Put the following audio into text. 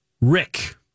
Rick